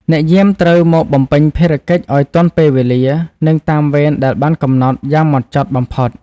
អ្នកយាមត្រូវមកបំពេញភារកិច្ចឱ្យទាន់ពេលវេលា និងតាមវេនដែលបានកំណត់យ៉ាងហ្មត់ចត់បំផុត។